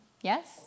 Yes